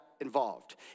involved